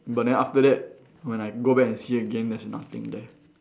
but then after that when I go back and see again there's nothing there